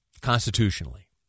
constitutionally